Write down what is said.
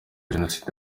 jenoside